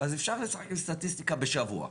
אז אפשר לשחק עם סטטיסטיקה בשבוע,